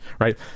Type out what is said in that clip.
right